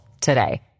today